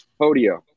Podio